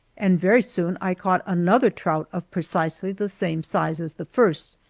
and very soon i caught another trout of precisely the same size as the first,